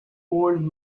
old